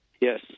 Yes